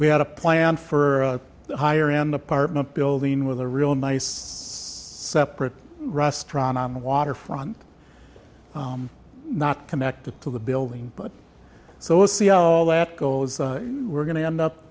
we had a plan for the higher end apartment building with a real nice separate restaurant on the waterfront not connected to the building but so we'll see all that goes we're going to end up